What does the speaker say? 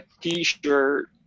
t-shirt